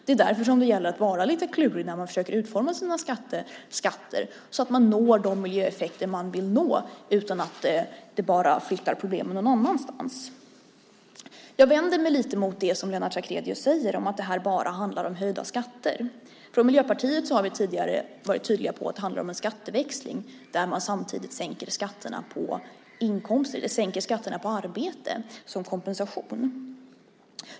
Det är därför det gäller att vara lite klurig när man försöker utforma sina skatter så att man når de miljöeffekter man vill nå utan att problemen bara flyttar någon annanstans. Jag vänder mig lite mot det som Lennart Sacrédeus säger om att det här bara handlar om höjda skatter. Från Miljöpartiet har vi tidigare varit tydliga med att det handlar om en skatteväxling där man samtidigt sänker skatterna på arbete som kompensation.